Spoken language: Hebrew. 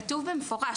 כתוב במפורש,